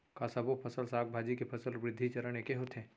का सबो फसल, साग भाजी के फसल वृद्धि चरण ऐके होथे?